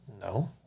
No